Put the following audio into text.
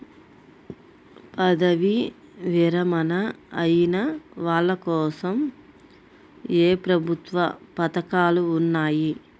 పదవీ విరమణ అయిన వాళ్లకోసం ఏ ప్రభుత్వ పథకాలు ఉన్నాయి?